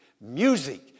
music